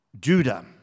Judah